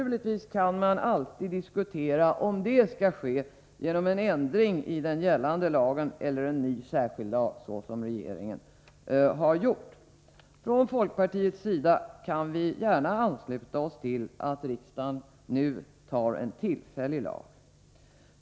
Naturligtvis kan man alltid diskutera om det skall ske genom en ändring i den gällande lagen eller genom en ny särskild lag såsom regeringen har gjort. Från folkpartiets sida kan vi gärna ansluta oss till att riksdagen nu stiftar en tillfällig lag.